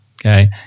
okay